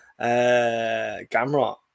Gamrot